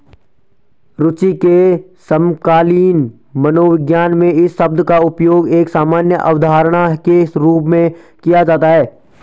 रूचि के समकालीन मनोविज्ञान में इस शब्द का उपयोग एक सामान्य अवधारणा के रूप में किया जाता है